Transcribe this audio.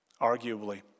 Arguably